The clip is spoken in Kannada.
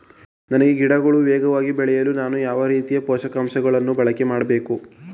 ನುಗ್ಗೆ ಗಿಡಗಳು ವೇಗವಾಗಿ ಬೆಳೆಯಲು ಯಾವ ರೀತಿಯ ಪೋಷಕಾಂಶಗಳನ್ನು ಬಳಕೆ ಮಾಡಬೇಕು?